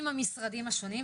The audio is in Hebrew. ביחד עם המשרדים השונים,